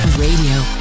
Radio